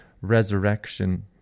resurrection